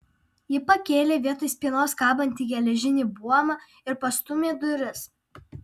ji pakėlė vietoj spynos kabantį geležinį buomą ir pastūmė duris